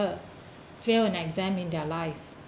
failed an exam in their life